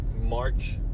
March